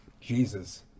Jesus